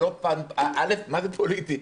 אל"ף, מה זה פוליטי?